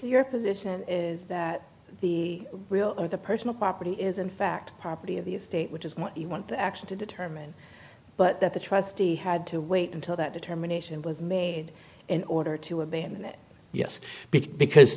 your position is that the real or the personal property is in fact property of the estate which is what you want to actually to determine but that the trustee had to wait until that determination was made in order to abandon that yes because